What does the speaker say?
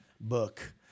Book